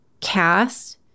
cast